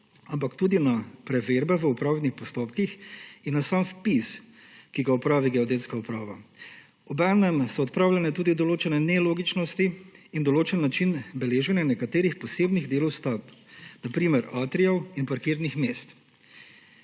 ampak tudi na preverbe v upravnih postopkih in na sam vpis, ki ga opravi Geodetska uprava. Obenem so odpravljene tudi določene nelogičnosti in določen način beleženja nekaterih posebnih delov stavb, na primer atrijev in parkirnih mest.